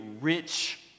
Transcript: rich